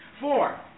Four